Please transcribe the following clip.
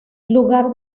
lugar